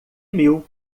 mil